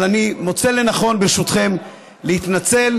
אבל אני מוצא לנכון ברשותכם להתנצל,